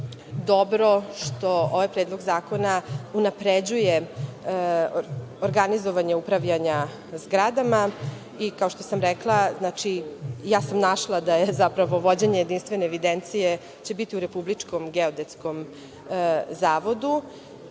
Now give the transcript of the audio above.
dobro što ovaj predlog zakona unapređuje organizovanje upravljanja zgradama. Kao što sam rekla, našla sam da će vođenje jedinstvene evidencije biti u Republičkom geodetskom zavodu.